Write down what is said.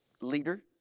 leader